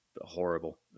horrible